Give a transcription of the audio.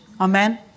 Amen